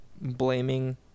blaming